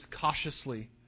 cautiously